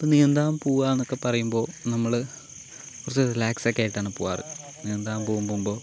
ഇപ്പോൾ നീന്താൻ പോവുകയാണെന്നൊക്കെ പറയുമ്പോൾ നമ്മൾ കുറച്ച് റിലാക്സൊക്കെ ആയിട്ടാണ് പോകാറ് നീന്താൻ പോകുമ്പോൾ